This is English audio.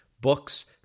books